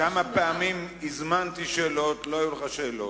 כמה פעמים הזמנתי שאלות, לא היו לך שאלות.